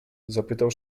zapytał